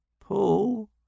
pull